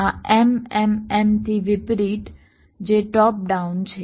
આ MMM થી વિપરીત જે ટોપ ડાઉન છે